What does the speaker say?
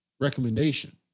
recommendation